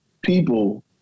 people